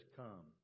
come